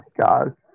god